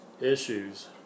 issues